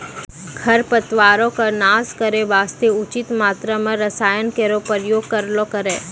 खरपतवारो क नाश करै वास्ते उचित मात्रा म रसायन केरो प्रयोग करलो करो